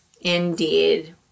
indeed